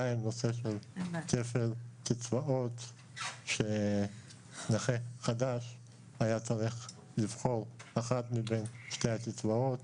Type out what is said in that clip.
נושא של כפל קצבאות כאשר היה צריך לבחור אחד מבין שתי הקצבאות